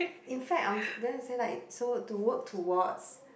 in fact I'm gonna say like so to work towards